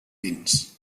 vins